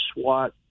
SWAT